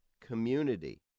community